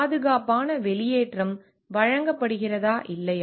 பாதுகாப்பான வெளியேற்றம் வழங்கப்படுகிறதா இல்லையா